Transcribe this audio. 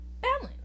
Balance